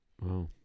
Wow